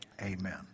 Amen